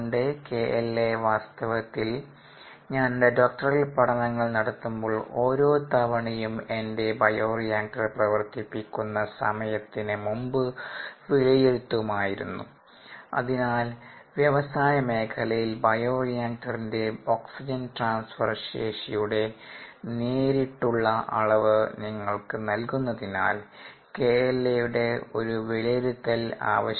𝑲𝑳a വാസ്തവത്തിൽ ഞാൻ എന്റെ ഡോക്ടറൽ പഠനങ്ങൾ നടത്തുമ്പോൾ ഓരോ തവണയും എന്റെ ബയോറിയാക്ടർ പ്രവർത്തിപ്പിക്കുന്ന സമയത്തിന് മുന്പ് വിലയിരുത്തുമായിരുന്നു അതിനാൽ വ്യവസായമേഖലയിൽ ബയോറിയാക്റ്ററിന്റെ ഓക്സിജൻ ട്രാൻസ്ഫർ ശേഷിയുടെ നേരിട്ടുള്ള അളവ് നിങ്ങൾക്ക് നൽകുന്നതിനാൽ KLaയുടെ ഒരു വിലയിരുത്തൽ ആവശ്യമാണ്